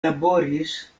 laboris